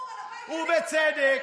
ובצדק,